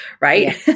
Right